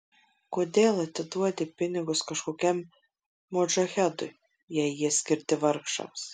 kodėl atiduodi pinigus kažkokiam modžahedui jei jie skirti vargšams